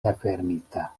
nefermita